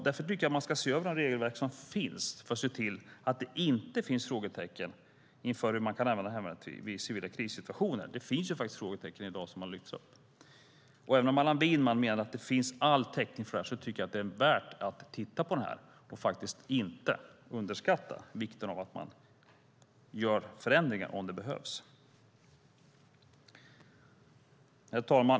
Därför tycker jag att man ska se över de regelverk som finns för att se till att det inte finns frågetecken inför hur man kan använda hemvärnet vid civila krissituationer. Det finns ju faktiskt frågetecken i dag, vilket har framhållits här. Även om Allan Widman menar att det finns all täckning för det här tycker jag att det är värt att titta på detta. Vi ska inte underskatta vikten av att vi gör förändringar om de behövs. Herr talman!